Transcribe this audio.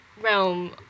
realm